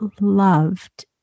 loved